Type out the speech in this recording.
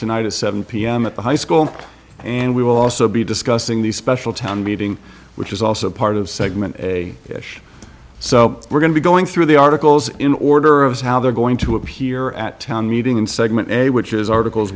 tonight at seven pm at the high school and we will also be discussing the special town meeting which is also part of segment a fish so we're going to be going through the articles in order of how they're going to appear at town meeting in segment a which is articles